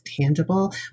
tangible